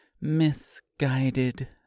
misguided